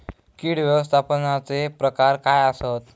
कीड व्यवस्थापनाचे प्रकार काय आसत?